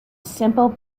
simple